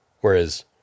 Whereas